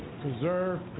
preserve